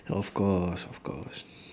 of course of course